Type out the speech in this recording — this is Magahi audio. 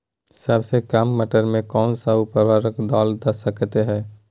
सबसे काम मटर में कौन सा ऊर्वरक दल सकते हैं?